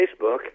Facebook